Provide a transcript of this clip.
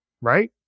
right